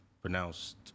pronounced